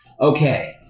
okay